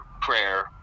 prayer